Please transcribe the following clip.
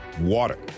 water